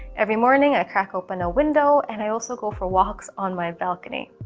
every morning i crack open a window and i also go for walks on my balcony.